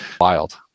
Wild